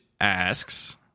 asks